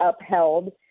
upheld